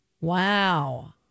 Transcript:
Wow